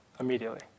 immediately